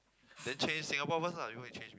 then change Singapore first lah you go and change me